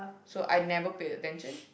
so I never paid attention